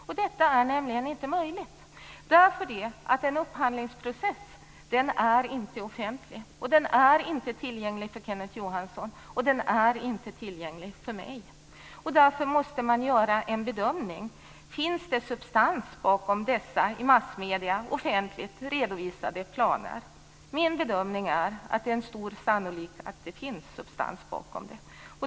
Och detta är nämligen inte möjligt, därför att en upphandlingsprocess inte är offentlig och inte tillgänglig för Kenneth Johansson eller för mig. Därför måste man göra en bedömning. Finns det substans bakom dessa i massmedierna offentligt redovisade planerna? Min bedömning är att det med stor sannolikhet finns substans bakom detta.